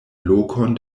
lokon